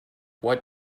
what